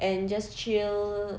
and just chill